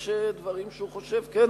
יש דברים שהוא חושב: כן,